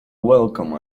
welcome